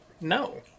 no